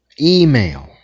Email